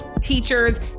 teachers